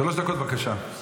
שלוש דקות, בבקשה.